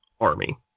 army